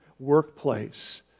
workplace